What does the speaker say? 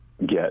get